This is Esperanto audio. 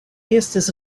estis